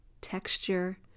texture